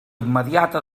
immediata